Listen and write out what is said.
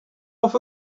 off